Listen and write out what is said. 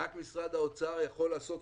רק משרד האוצר יכול לעשות,